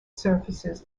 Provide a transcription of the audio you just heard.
surfaces